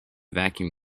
vacuum